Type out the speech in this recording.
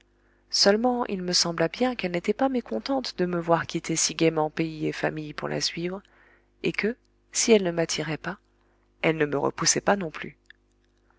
seulement il me sembla bien qu'elle n'était pas mécontente de me voir quitter si gaiement pays et famille pour la suivre et que si elle ne m'attirait pas elle ne me repoussait pas non plus